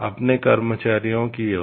अपने कर्मचारियों की ओर